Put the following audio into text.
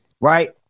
right